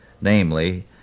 namely